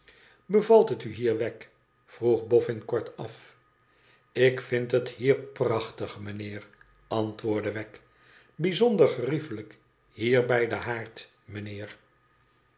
ibevalt het u hier wegg vroeg boffin kortaf lik vind het hier prachtig meneer antwoordde wegg t bijzonder geriefelijk hier bij den haard